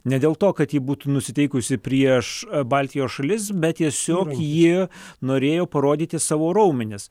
ne dėl to kad ji būtų nusiteikusi prieš baltijos šalis bet tiesiog jie norėjo parodyti savo raumenis